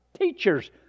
teachers